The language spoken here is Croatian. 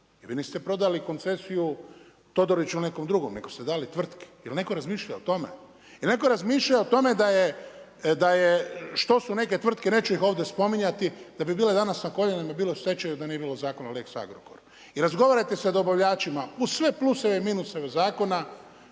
vi niste prodali koncesiju Todoriću ili nekome drugome, nego ste dali tvrtki. Jel netko razmišljao o tome? Jel netko razmišljao o tome da je, što su neke tvrtke, neću ih ovdje spominjati, da bi bile danas na koljenima i bile u stečaju, da nije bilo zakona o lex Agrokoru. I razgovarajte sa dobavljačima uz sve pluse i minuse ovog zakona,